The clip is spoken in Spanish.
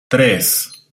tres